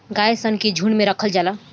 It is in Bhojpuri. गाय सन के झुंड में राखल जाला